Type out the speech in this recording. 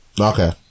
okay